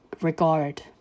regard